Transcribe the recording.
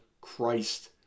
Christ